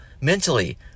mentally